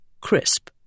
crisp